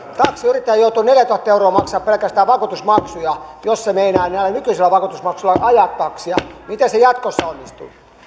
taksiyrittäjä joutuu neljätuhatta euroa maksamaan pelkästään vakuutusmaksuja jos hän meinaa näillä nykyisillä vakuutusmaksuilla ajaa taksia miten se jatkossa onnistuu